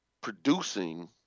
producing